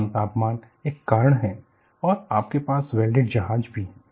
कम तापमान एक कारण है और आपके पास वेल्डेड जहाज भी हैं